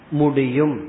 mudiyum